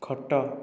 ଖଟ